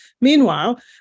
Meanwhile